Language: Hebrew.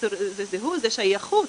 זו שייכות.